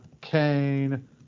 Kane